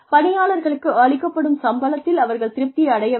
பணியாளர்களுக்கு அளிக்கப்படும் சம்பளத்தில் அவர்கள் திருப்தி அடைய வேண்டும்